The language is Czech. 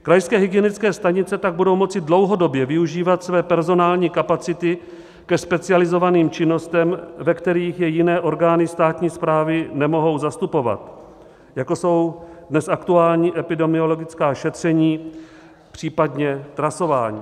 Krajské hygienické stanice tak budou moci dlouhodobě využívat své personální kapacity ke specializovaným činnostem, ve kterých je jiné orgány státní správy nemohou zastupovat, jako jsou dnes aktuální epidemiologická šetření, případně trasování.